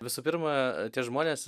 visų pirma tie žmonės